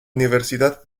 universidad